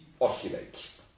oscillates